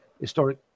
historic